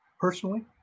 personally